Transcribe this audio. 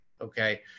Okay